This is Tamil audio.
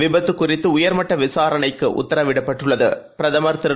விபத்து குறித்து உயர்மட்ட விசாரணைக்கு உத்தரவிடப்பட்டுள்ளது பிரதமர் திரு